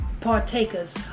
partakers